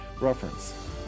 reference